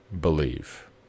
believe